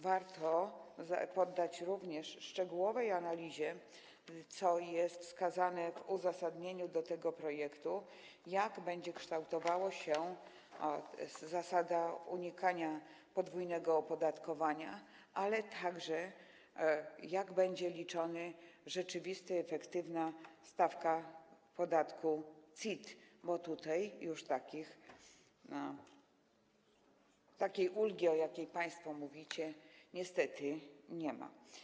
Warto poddać również szczegółowej analizie, co jest wskazane w uzasadnieniu do tego projektu, jak będzie kształtowała się zasada unikania podwójnego opodatkowania i jak będzie liczona rzeczywista efektywna stawka podatku CIT, bo tutaj takiej ulgi, o jakiej państwo mówicie, niestety nie ma.